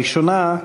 הראשונה,